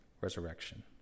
resurrection